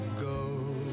go